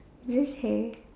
this hair